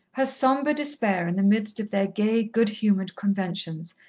her sombre despair in the midst of their gay, good-humoured conventions,